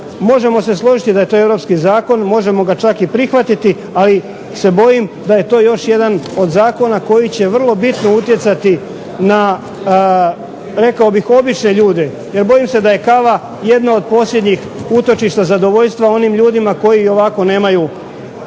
možemo se složiti da je to europski zakon, možemo ga čak i prihvatiti, ali se bojim da je to još jedan od zakona koji će vrlo bitno utjecati na rekao bih obične ljude, jer bojim se da je kava jedno od posljednjih utočišta zadovoljstva onim ljudima koji ovako nemaju